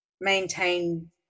maintain